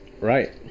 Right